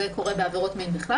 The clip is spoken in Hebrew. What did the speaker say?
זה קורה בעבירות מין בכלל.